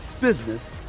business